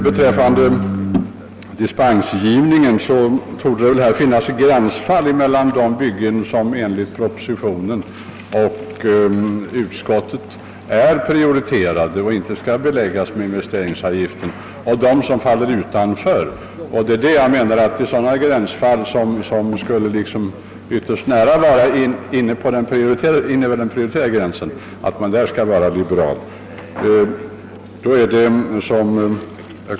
Beträffande dispensgivningen vill jag säga att det torde finnas gränsfall mellan de byggen som enligt propositionen och utskottets mening är prioriterade och därför inte skall beläggas med investeringsavgift och dem för vilka sådan avgift skall utgå. Jag menar att vissa gränsfall som nu faller utom ramen borde komma inom prioriteringsgränsen och att man därför bör kunna vara liberal.